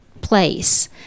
place